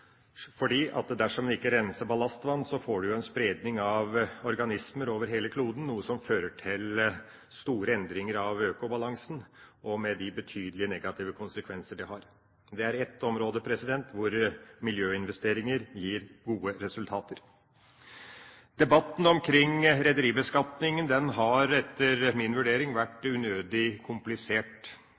dersom en ikke renser ballastvann, får en spredning av organismer over hele kloden, noe som fører til store endringer av økobalansen, med de betydelige negative konsekvenser det har. Det er et område hvor miljøinvesteringer gir gode resultater. Debatten omkring rederibeskatninga har, etter min vurdering, vært unødig komplisert.